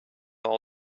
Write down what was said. all